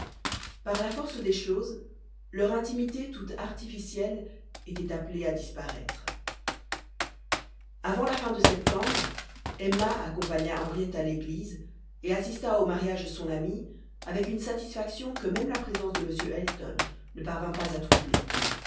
par la force des choses leur intimité toute artificielle était appelée à disparaître avant la fin de septembre emma accompagna henriette à l'église et assista au mariage de son amie avec une satisfaction que même la présence de m elton ne parvint pas à troubler